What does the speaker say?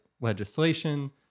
legislation